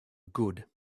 good